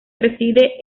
preside